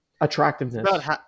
attractiveness